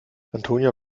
antonia